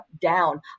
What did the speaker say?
down